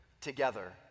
together